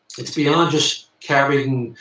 it's beyond just having.